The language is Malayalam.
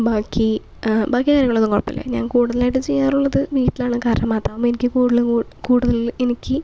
ബാക്കി ആ ബാക്കി കാര്യങ്ങളൊന്നും കുഴപ്പമില്ല കൂടുതലായിട്ട് ചെയ്യാറുള്ളത് വീട്ടിലുള്ള കാരണം മാത്രം അമ്മയെനിക്ക് കൂടുതലും കൂടുതൽ എനിക്ക്